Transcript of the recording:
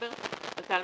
בדצמבר עלתה על